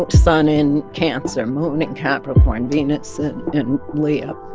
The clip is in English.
sun in cancer, moon at capricorn, venus in leo.